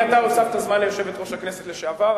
אתה הוספת זמן ליושבת-ראש הכנסת לשעבר,